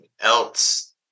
else